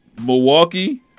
Milwaukee